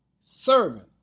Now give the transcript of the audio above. Servant